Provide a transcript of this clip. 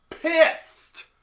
Pissed